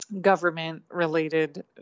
government-related